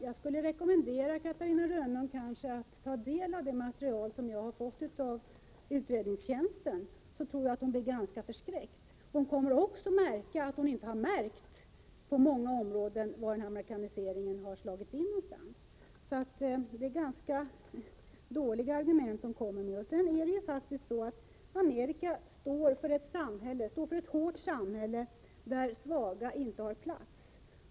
Jag rekommenderar Catarina Rönnung att ta del av det material som jag har fått från utredningstjänsten. Jag tror att hon i så fall blir ganska förskräckt. Hon kommer också att märka att hon inte har uppmärksammat hur amerikaniseringen har slagit in på vissa områden. Så det är ganska dåliga argument Catarina Rönnung kommer med. USA är ett hårt samhälle, där svaga inte har plats.